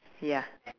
ya